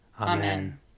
Amen